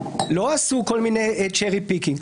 לא עשו כל מיני צ'רי פיקינג.